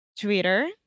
Twitter